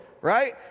right